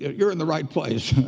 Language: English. you're in the right place.